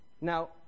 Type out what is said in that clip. Now